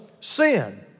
sin